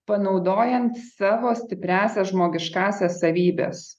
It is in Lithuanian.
panaudojant savo stipriąsias žmogiškąsias savybes